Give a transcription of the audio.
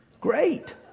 Great